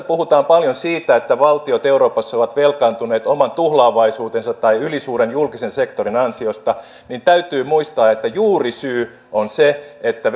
puhutaan paljon siitä että valtiot euroopassa ovat velkaantuneet oman tuhlaavaisuutensa tai ylisuuren julkisen sektorin ansiosta niin täytyy muistaa että juurisyy on se että